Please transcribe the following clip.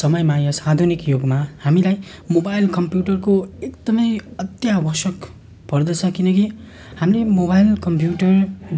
समयमा यस आधुनिक युगमा हामीलाई मोबाइल कम्प्युटरको एकदमै अत्यावश्यक पर्दछ किनकि हामीले मोबाइल कम्प्युटर